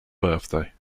birthday